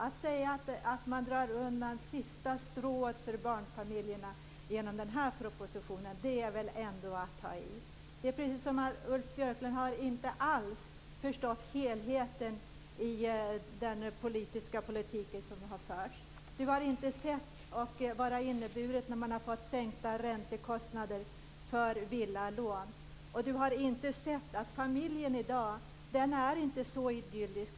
Att säga att man drar undan det sista strået för barnfamiljerna genom den här propositionen är väl ändå att ta i. Ulf Björklund har inte alls förstått helheten i den politik som har förts. Han vet inte vad det har inneburit när man har fått sänkta räntekostnader för villalån. Han vet inte att familjen i dag inte är så idyllisk.